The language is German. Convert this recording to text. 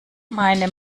meine